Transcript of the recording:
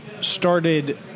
started